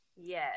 yes